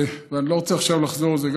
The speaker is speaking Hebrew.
אני לא רוצה לחזור על זה,